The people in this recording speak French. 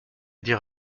dire